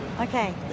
Okay